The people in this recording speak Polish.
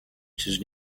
czyż